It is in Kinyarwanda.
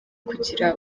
kugira